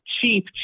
cheap